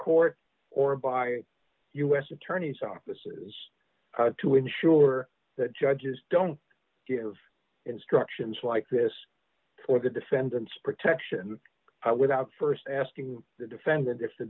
court or by u s attorneys offices to ensure that judges don't give instructions like this for the defendants protection without st asking the defended if the